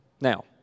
Now